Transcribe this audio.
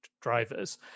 drivers